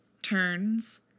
Turns